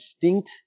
distinct